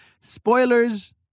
Spoilers